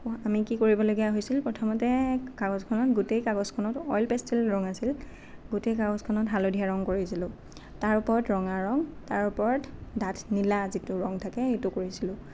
আমি কি কৰিবলগীয়া হৈছিল প্ৰথমতে কাগজখনত গোটেই কাগজখনত অইল পেষ্টেল ৰং আছিল গোটেই কাগজখনত হালধীয়া ৰং কৰিছিলোঁ তাৰ ওপৰত ৰঙা ৰং তাৰ ওপৰত ডাঠ নীলা যিটো ৰং থাকে সেইটো কৰিছিলোঁ